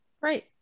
Right